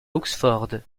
oxford